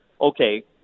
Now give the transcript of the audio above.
okay